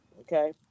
Okay